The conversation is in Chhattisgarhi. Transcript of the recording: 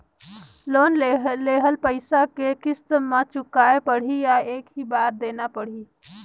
लोन लेहल पइसा के किस्त म चुकाना पढ़ही या एक ही बार देना पढ़ही?